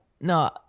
No